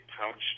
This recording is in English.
pouch